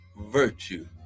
virtue